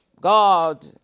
God